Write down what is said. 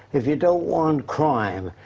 if you don't want crime,